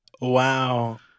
Wow